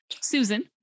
Susan